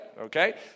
Okay